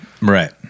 right